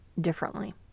differently